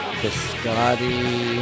biscotti